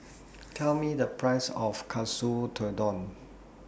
Tell Me The Price of Katsu Tendon